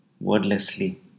wordlessly